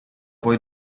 poi